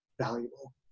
valuable